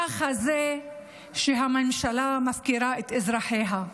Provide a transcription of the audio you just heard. ככה זה כשהממשלה מפקירה את אזרחיה.